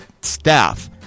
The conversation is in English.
staff